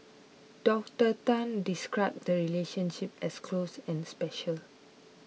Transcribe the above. Doctor Tan described the relationships as close and special